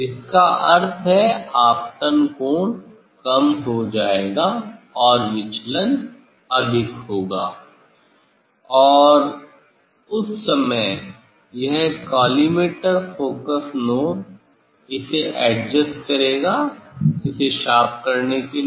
जिसका अर्थ है आपतन कोण कम हो जाएगा और विचलन अधिक होगा और उस समय यह कॉलीमेटर फोकस नॉब इसे एडजस्ट करेगा इसे शार्प करने के लिए